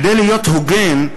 כדי להיות הוגן,